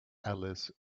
alice